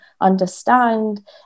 understand